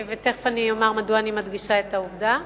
ותיכף אומר מדוע אני מדגישה את העובדה,